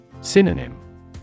Synonym